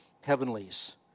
heavenlies